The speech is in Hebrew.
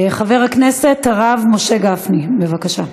חבר הכנסת הרב משה גפני, בבקשה.